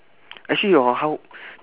actually hor how